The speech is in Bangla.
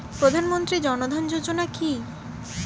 প্রধানমন্ত্রী জনধন যোজনা কি?